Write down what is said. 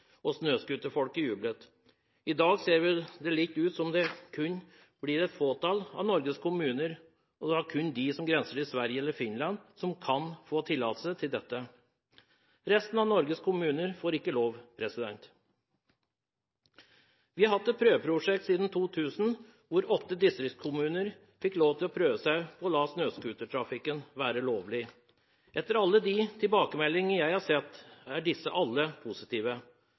og snøscooterfolket har jublet. I dag ser det ut som det kun blir et fåtall av Norges kommuner – og kun dem som grenser til Sverige eller Finland – som kan få tillatelse til dette. Resten av Norges kommuner får ikke lov. Vi har hatt et prøveprosjekt siden 2000 hvor åtte distriktskommuner har fått lov til å prøve seg og la snøscootertrafikken være lovlig. Av de tilbakemeldingene jeg har sett, er alle positive.